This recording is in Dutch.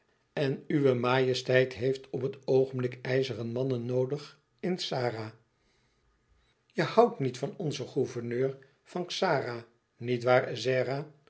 en uwe majesteit heeft op het oogenblik ijzeren mannen noodig in xara je houdt niet van onzen gouverneur van xara niet waar ezzera